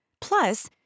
Plus